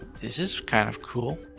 this is kind of cool.